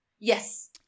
yes